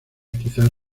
quizá